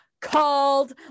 called